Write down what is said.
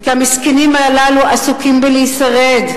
כי המסכנים הללו עסוקים בלהישרד.